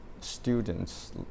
students